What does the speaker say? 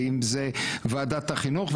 ואם זה ועדת החינוך,